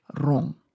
wrong